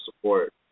support